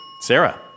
Sarah